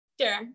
Sure